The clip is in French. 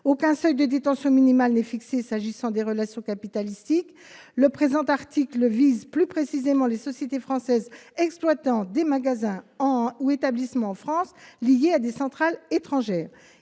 Aucun seuil de détention minimal n'est fixé s'agissant des relations capitalistiques. Le dispositif de cet amendement vise, plus précisément, les sociétés françaises exploitant des magasins ou des établissements de vente en France liées à des centrales à l'étranger.